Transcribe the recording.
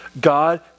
God